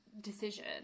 decision